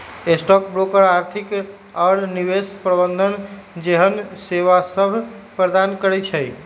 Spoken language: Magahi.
स्टॉक ब्रोकर आर्थिक आऽ निवेश प्रबंधन जेहन सेवासभ प्रदान करई छै